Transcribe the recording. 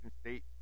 state